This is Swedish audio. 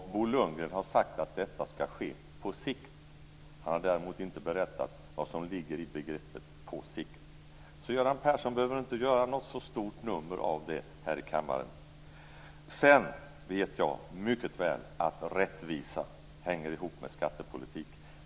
Bo Lundgren har sagt att detta ska ske på sikt. Han har däremot inte berättat vad som ligger i begreppet "på sikt". Göran Persson behöver inte göra ett så stort nummer av det här i kammaren. Sedan vet jag mycket väl att rättvisa hänger ihop med skattepolitik.